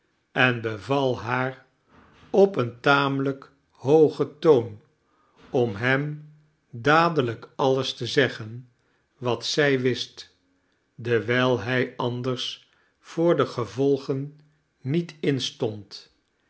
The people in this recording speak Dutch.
en beval haar op een tamelijk hoogen toon om hem dadelijk alles te zeggen wat zij wist dewijl hij anders voor de gevolgen niet instond